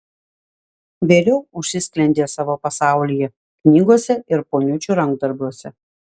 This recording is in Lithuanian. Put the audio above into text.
vėliau užsisklendė savo pasaulyje knygose ir poniučių rankdarbiuose